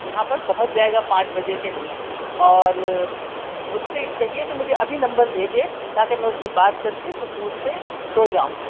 یہاں پر پہنچ جائے گا پانچ بجے کہ نہیں اور اُس سے کہیے کہ مجھے ابھی نمبر بھیجے تاکہ میں اُس سے بات کر کے سکون سے سو جاؤں